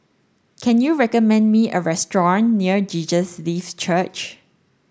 can you recommend me a restaurant near Jesus Lives Church